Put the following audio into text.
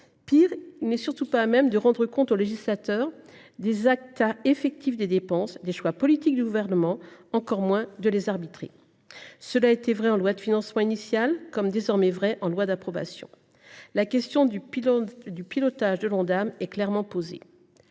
Pis, il n’est pas à même de rendre compte au législateur des actes effectifs des dépenses et des choix politiques du Gouvernement, encore moins de les arbitrer. Cela était vrai en loi de financement initiale ; c’est désormais vrai en loi d’approbation. La question du pilotage de l’Ondam est clairement posée.